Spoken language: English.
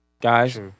Guys